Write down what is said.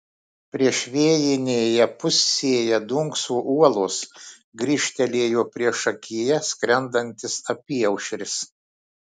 priešvėjinėje pusėje dunkso uolos grįžtelėjo priešakyje skrendantis apyaušris